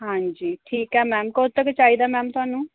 ਹਾਂਜੀ ਠੀਕ ਹੈ ਮੈਮ ਕਦੋਂ ਤੱਕ ਚਾਹੀਦਾ ਮੈਮ ਤੁਹਾਨੂੰ